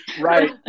right